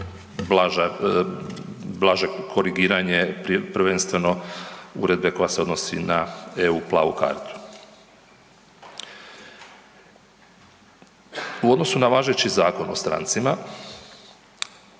blaže korigiranje, prvenstveno uredbe koja se odnosi na eu plavu kartu. U odnosu na važeći Zakon o strancima